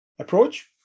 approach